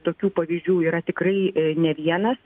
tokių pavyzdžių yra tikrai ne vienas